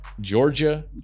georgia